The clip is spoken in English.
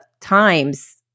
times